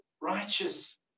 righteous